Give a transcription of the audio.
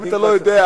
אם אתה לא יודע,